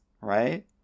right